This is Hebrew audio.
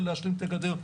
להשלים את הגדר.